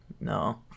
no